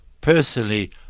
personally